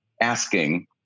asking